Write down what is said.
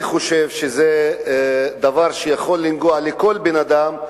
אני חושב שזה דבר שיכול לנגוע בכל בן-אדם,